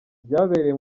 byabereye